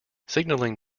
signaling